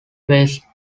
face